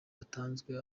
hatanzwe